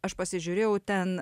aš pasižiūrėjau ten